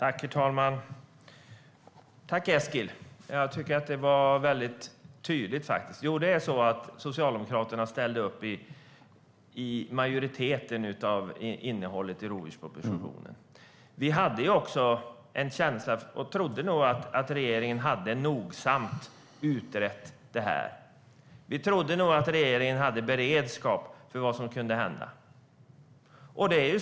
Herr talman! Tack, Eskil! Jag tycker att det var väldigt tydligt. Ja, Socialdemokraterna ställde upp på majoriteten av innehållet i rovdjurspropositionen. Vi trodde nog att regeringen nogsamt hade utrett det här. Vi trodde nog att regeringen hade beredskap för vad som kunde hända.